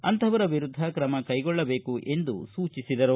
ಅಂಥವರ ವಿರುದ್ಧ ಕ್ರಮ ಕೈಗೊಳ್ಳಬೇಕು ಎಂದು ಸೂಚಿಸಿದರು